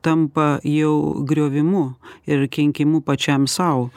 tampa jau griovimu ir kenkimu pačiam sau